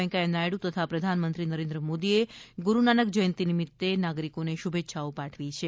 વેંકૈયા નાયડ઼ તથા પ્રધાનમંત્રી નરેન્દ્ર મોદીએ ગુરૂનાનક જ્યંતિ નિમિત્તે બધા જ નાગરીકોને શુભેચ્છાઓ પાઠવી છે